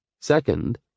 Second